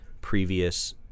previous